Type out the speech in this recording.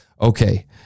Okay